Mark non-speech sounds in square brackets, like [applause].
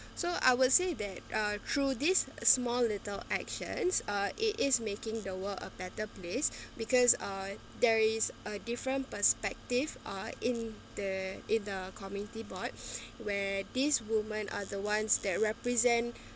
so I would say that uh through these small little actions uh it is making the world a better place [breath] because uh there is a different perspective are in the in the community board [breath] where these women are the ones that represent